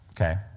Okay